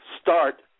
start